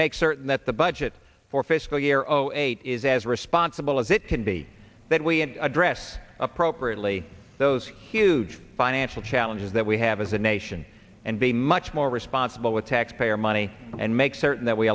make certain that the budget for fiscal year zero eight is as responsible as it can be that we had addressed appropriately those huge financial challenges that we have as a nation and be much more responsible with taxpayer money and make certain that we